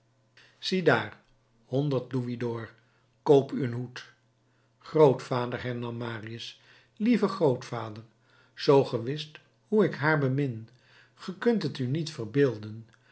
ziedaar honderd louisd'ors koop u een hoed grootvader hernam marius lieve grootvader zoo ge wist hoe ik haar bemin ge kunt het u niet verbeelden